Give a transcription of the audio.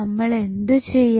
നമ്മൾ എന്തു ചെയ്യണം